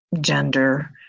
gender